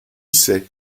sait